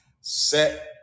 set